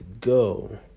go